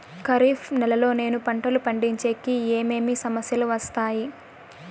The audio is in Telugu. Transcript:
ఖరీఫ్ నెలలో నేను పంటలు పండించేకి ఏమేమి సమస్యలు వస్తాయి?